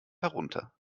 herunter